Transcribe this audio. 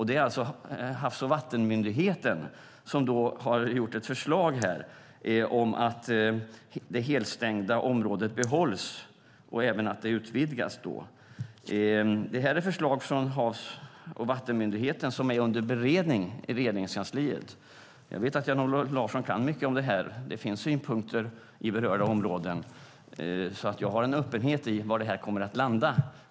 Det är alltså Havs och vattenmyndigheten som har gjort ett förslag om att det helstängda området ska behållas och även att det ska utvidgas. Det här är förslag från Havs och vattenmyndigheten som är under beredning i Regeringskansliet. Jag vet att Jan-Olof Larsson kan mycket om det här. Det finns synpunkter i berörda områden, så jag har en öppenhet när det gäller var det här kommer att landa.